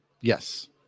Yes